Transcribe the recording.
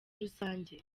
rusange